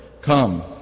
Come